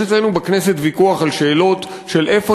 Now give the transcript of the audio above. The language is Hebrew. יש אצלנו בכנסת ויכוח על שאלות של איפה